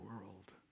world